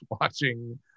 watching